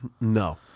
No